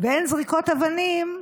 ואין זריקות אבנים,